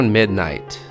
midnight